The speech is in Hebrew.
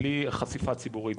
בלי חשיפה ציבורית,